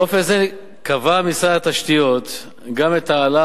באופן זה קבע משרד התשתיות גם את ההעלאה